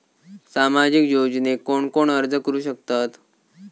सामाजिक योजनेक कोण कोण अर्ज करू शकतत?